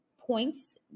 points